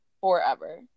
forever